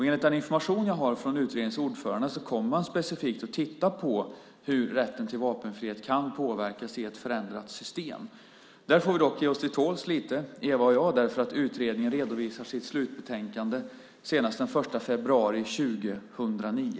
Enligt den information jag har från utredningens ordförande kommer man att specifikt titta på hur rätten till vapenfrihet kan påverkas i ett förändrat system. Där får vi dock ge oss till tåls lite grann, Eva och jag, eftersom utredningen redovisar sitt slutbetänkande senast den 1 februari 2009.